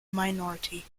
minority